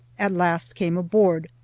at last came aboard,